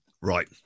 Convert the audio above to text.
Right